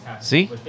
See